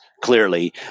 Clearly